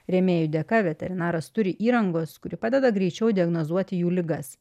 rėmėjų dėka veterinaras turi įrangos kuri padeda greičiau diagnozuoti jų ligas